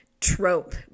trope